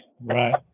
Right